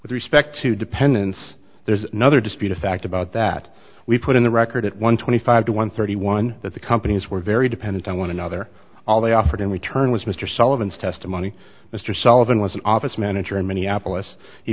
with respect to dependence there's another disputed fact about that we put in the record at one twenty five to one thirty one that the companies were very dependent on one another all they offered in return was mr sullivan's testimony mr sullivan was an office manager in minneapolis